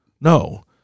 No